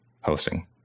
hosting